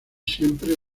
siempre